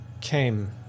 came